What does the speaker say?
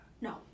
no